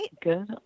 good